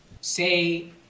say